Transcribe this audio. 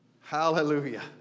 Hallelujah